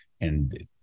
And-